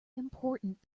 important